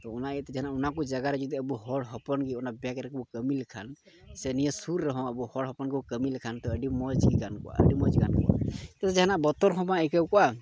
ᱛᱳ ᱚᱱᱟ ᱤᱭᱟᱹᱛᱮ ᱡᱟᱦᱟᱱᱟᱜ ᱚᱱᱟ ᱠᱚ ᱡᱟᱭᱜᱟ ᱨᱮ ᱡᱩᱫᱤ ᱟᱵᱚ ᱦᱚᱲ ᱦᱚᱯᱚᱱ ᱜᱮ ᱚᱱᱟ ᱵᱮᱝᱠ ᱨᱮᱠᱚ ᱠᱟᱹᱢᱤ ᱞᱮᱠᱷᱟᱱ ᱥᱮ ᱱᱤᱭᱟᱹ ᱥᱩᱨ ᱨᱮᱦᱚᱸ ᱟᱵᱚ ᱦᱚᱲ ᱦᱚᱯᱚᱱ ᱠᱚ ᱠᱟᱹᱢᱤ ᱞᱮᱠᱷᱟᱱ ᱛᱳ ᱟᱹᱰᱤ ᱢᱚᱡᱽ ᱜᱮ ᱜᱟᱱ ᱠᱚᱜᱼᱟ ᱟᱹᱰᱤ ᱢᱚᱡᱽ ᱜᱟᱱ ᱠᱚᱜᱼᱟ ᱛᱳ ᱡᱟᱦᱟᱱᱟᱜ ᱵᱚᱛᱚᱨ ᱦᱚᱸ ᱵᱟᱝ ᱟᱹᱭᱠᱟᱹᱣ ᱠᱚᱜᱼᱟ